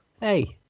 Hey